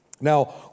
Now